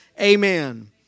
Amen